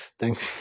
thanks